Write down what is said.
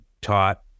taught